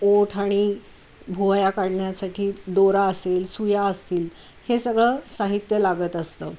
ओठ आणि भुवया काढण्यासाठी दोरा असेल सुया असतील हे सगळं साहित्य लागत असतं